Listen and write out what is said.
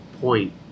point